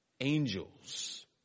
angels